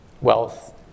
wealth